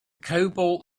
cobalt